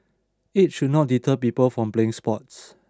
age should not deter people from playing sports